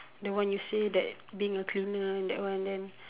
that one you said that being a cleaner that one